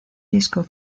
disco